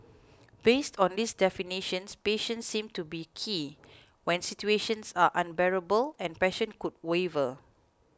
based on these definitions patience seems to be key when situations are unbearable and passion could waver